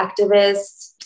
activists